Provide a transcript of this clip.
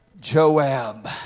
Joab